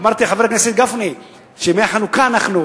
אמרתי לחבר הכנסת גפני שבימי החנוכה אנחנו,